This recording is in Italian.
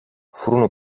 furono